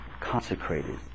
consecrated